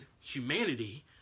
humanity